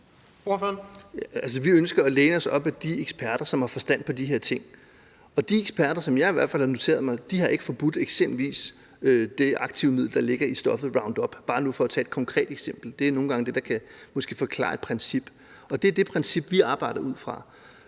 Vi ønsker at læne os op ad de eksperter, som har forstand på de her ting, og de eksperter, som jeg i hvert fald har noteret mig, har ikke forbudt eksempelvis det aktive middel, der ligger i stoffet Roundup. Det er bare for at give et konkret eksempel. Det er nogle gange det, der måske kan forklare et princip, og det er det princip, vi arbejder ud fra.